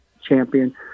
champion